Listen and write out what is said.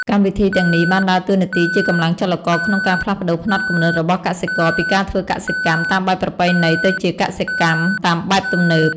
កម្មវិធីទាំងនេះបានដើរតួនាទីជាកម្លាំងចលករក្នុងការផ្លាស់ប្តូរផ្នត់គំនិតរបស់កសិករពីការធ្វើកសិកម្មតាមបែបប្រពៃណីទៅជាកសិកម្មតាមបែបទំនើប។